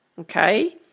okay